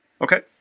Okay